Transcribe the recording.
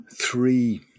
three